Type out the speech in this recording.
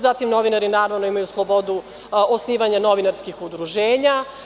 Zatim, novinari imaju naravno slobodu osnivanja novinarskih udruženja.